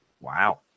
Wow